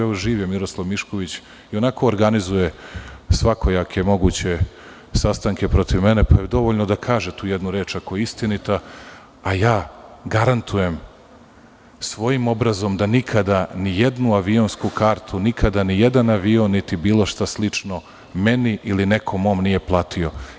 Evo, živ je Miroslav Mišković, ionako organizuje svakojake sastanke protiv mene pa je dovoljno da kaže tu jednu reč ako je istinita, a ja svojim obrazom garantujem da nikada nijednu avionsku kartu, nikada ni jedan avion niti bilo šta slično meni ili nekom mom nije platio.